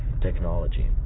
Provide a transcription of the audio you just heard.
technology